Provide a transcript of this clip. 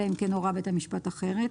אלא אם כן הורה בית המשפט אחרת.